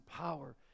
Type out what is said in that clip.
power